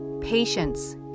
patience